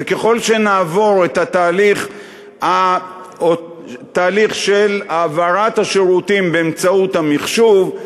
וככל שנעבור את התהליך של העברת השירותים באמצעות המחשוב,